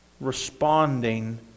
responding